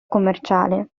commerciale